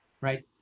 right